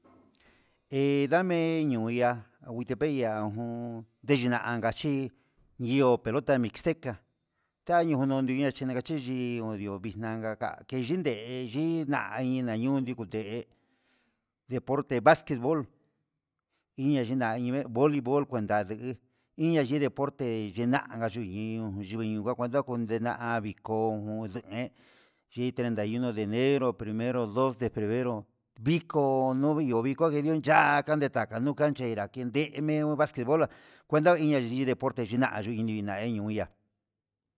Hé ndame ihó ya'a ajutepec ndeniu nanka chí ihó pelota mixteco ta ñonon ndiaa nakachí yii hó vixnanka ká keyunde he yiná inina añun ndukun ndé deporte basquet bol iña'a yinime bolibol kuenda nduku inga hí deporte dinanka chí yi ñuu kuaka ndakuu ndena'a aviko jun ndén yí treinta y uno de enero dos de febrero vikó novio viko yuu ni'ó yá, yakanka yuu naché yakendeme ndu basquet bol kuenta ya yivii deporte yina'a yu yina'a nde niu ya'a.